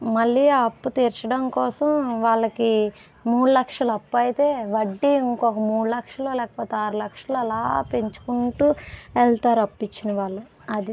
మళ్ళీ ఆ అప్పు తీర్చడం కోసం వాళ్ళకి మూడు లక్షలు అప్పైతే వడ్డీ ఇంకో మూడు లక్షలు లేకపోతే ఆరు లక్షలు అలా పెంచుకుంటూ వెళ్తారు అప్పిచ్చినవాళ్ళు అది